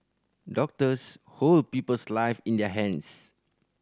doctors hold people's live in their hands